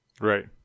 right